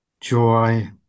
joy